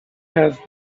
has